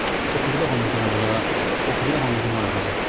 অসুবিধাৰ সন্মুখীন হ'ব লগা অসুবিধাৰ সন্মুখীন হোৱা দেখা যায়